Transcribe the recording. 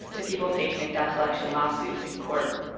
to people facing debt collection lawsuits in court.